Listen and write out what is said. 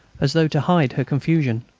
as though to hide her confusion.